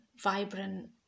vibrant